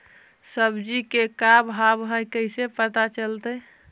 सब्जी के का भाव है कैसे पता चलतै?